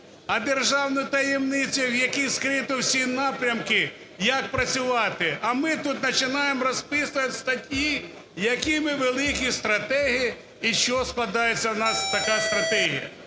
а державну таємницю, в якій скрито всі напрямки, як працювати. А ми тут начинаем розписувати статті, які ми великі стратеги і з чого складається в нас така стратегія.